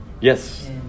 Yes